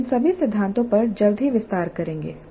हम इन सभी सिद्धांतों पर जल्द ही विस्तार करेंगे